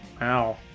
Wow